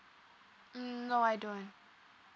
mm no I don't